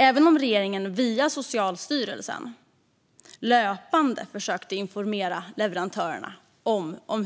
Även om regeringen via Socialstyrelsen löpande försökte informera leverantörerna om